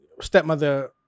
stepmother